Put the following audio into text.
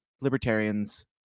libertarians